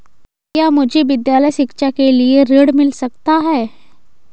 क्या मुझे विद्यालय शिक्षा के लिए ऋण मिल सकता है?